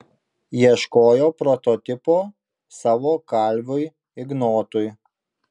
ieškojo prototipo savo kalviui ignotui